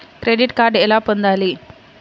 Credit card ఎలా పొందాలి?